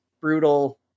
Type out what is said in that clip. brutal